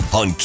on